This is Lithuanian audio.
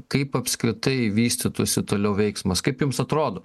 kaip apskritai vystytųsi toliau veiksmas kaip jums atrodo